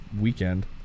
weekend